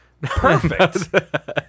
Perfect